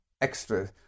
extra